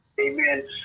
Amen